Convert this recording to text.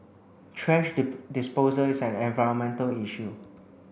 thrash disposal is an environmental issue